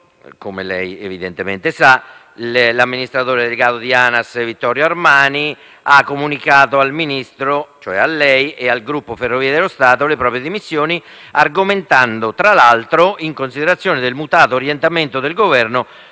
come lei sa, l'amministratore delegato di ANAS, Vittorio Armani, ha comunicato al Ministro, cioè a lei, e al gruppo Ferrovie dello Stato le proprie dimissioni con argomentazioni che, tra l'altro, prendevano in considerazione il mutato orientamento del Governo